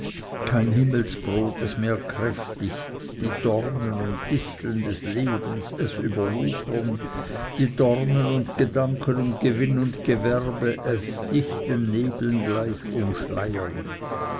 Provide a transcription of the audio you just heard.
kein himmelsbrot es mehr kräftigt die dornen und disteln des lebens es überwuchern die sorgen und gedanken um gewinn und gewerbe es dichten nebeln gleich umschleiern